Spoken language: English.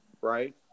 right